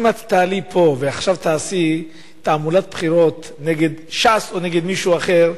אם את תעלי פה ועכשיו תעשי תעמולת בחירות נגד ש"ס או נגד מישהו אחר,